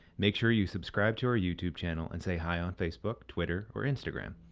make sure you subscribe to our youtube channel and say hi on facebook, twitter or instagram.